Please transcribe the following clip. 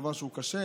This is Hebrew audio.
דבר שהוא קשה,